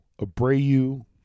Abreu